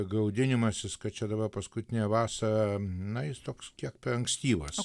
graudinimasis kad čia dabar paskutinė vasara na jis toks kiek per ankstyvas